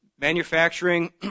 manufacturing